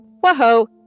Whoa-ho